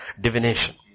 divination